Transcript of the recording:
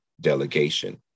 delegation